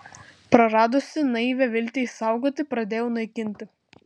praradusi naivią viltį išsaugoti pradėjau naikinti